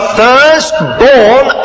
firstborn